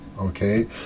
okay